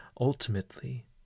ultimately